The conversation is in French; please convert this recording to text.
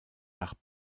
art